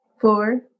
four